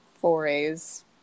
forays